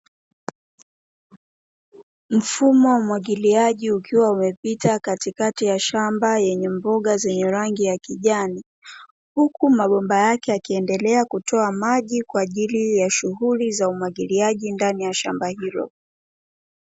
Mfumo wa umwagiliaji ukiwa umepita katikati ya shamba lenye mboga zenye rangi ya kijani, huku mabomba yake yakiendelea kutoa maji kwa ajili ya shughuli za umwagiliaji ndani ya shamba hilo.